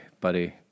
buddy